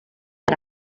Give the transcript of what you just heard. per